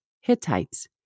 Hittites